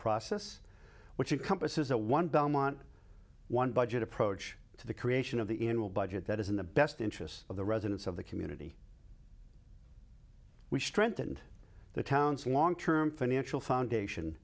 process which a compass is a one belmont one budget approach to the creation of the into a budget that is in the best interests of the residents of the community we strengthened the town's long term financial foundation